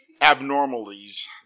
abnormalities